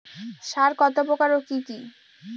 সার কত প্রকার ও কি কি?